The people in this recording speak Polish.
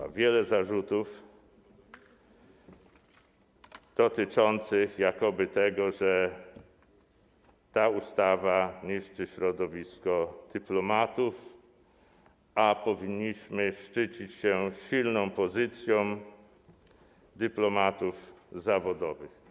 Było wiele zarzutów dotyczących tego, że ta ustawa jakoby niszczy środowisko dyplomatów, a powinniśmy szczycić się silną pozycją dyplomatów zawodowych.